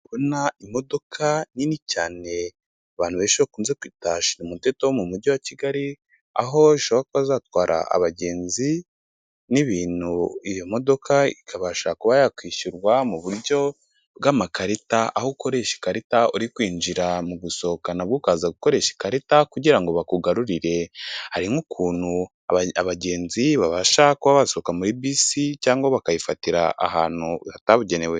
Ndabona imodoka nini cyane abantu benshi bakunze kwita shira umuteto bo mu mujyi wa Kigali, aho zishobora kuba zatwara abagenzi n'ibintu. Iyo modoka ikabasha kuba yakwishyurwa mu buryo bw'amakarita, aho ukuresha ikarita uri kwinjira, mu gusohoka nabwo ukaza gukoresha ikarita kugira ngo bakugarurire. Hari nk'ukuntu abagenzi babasha kuba basohoka muri bisi cyangwa bakayifatira ahantu hatabugenewe.